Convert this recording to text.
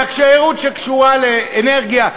תיירות שקשורה לאנרגיה,